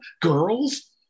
Girls